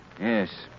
Yes